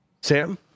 Sam